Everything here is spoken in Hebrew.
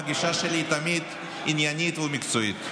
והגישה שלי היא תמיד עניינית ומקצועית.